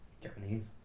Japanese